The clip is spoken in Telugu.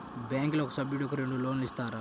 బ్యాంకులో ఒక సభ్యుడకు రెండు లోన్లు ఇస్తారా?